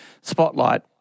spotlight